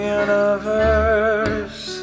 universe